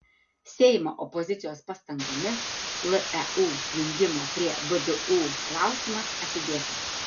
seimo opozicijos pastangomis leu jungimo prie vdu klausimas atidėtas